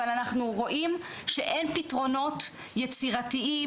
אבל אנחנו רואים שאין פתרונות יצירתיים,